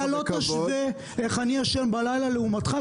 אתה לא תשווה איך אני ישן בלילה לעומתך,